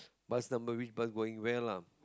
bus number which bus going where lah